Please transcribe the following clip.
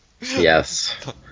Yes